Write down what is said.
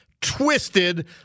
twisted